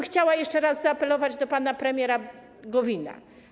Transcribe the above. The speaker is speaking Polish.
Chciałabym jeszcze raz zaapelować do pana premiera Gowina.